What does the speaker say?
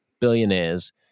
Billionaires